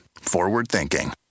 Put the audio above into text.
Forward-thinking